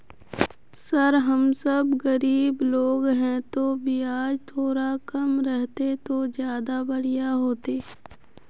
sir हम सब गरीब लोग है तो बियाज थोड़ा कम रहते तो ज्यदा बढ़िया होते